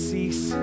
Cease